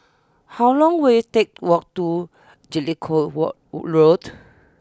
how long will it take to walk to Jellicoe War Road